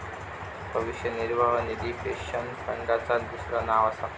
भविष्य निर्वाह निधी पेन्शन फंडाचा दुसरा नाव असा